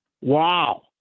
Wow